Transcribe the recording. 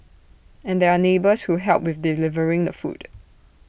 and there are neighbours who help with delivering the food